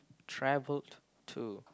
travelled to